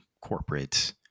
corporate